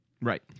Right